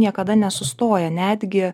niekada nesustoja netgi